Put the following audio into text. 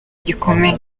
gikomeye